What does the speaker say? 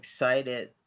excited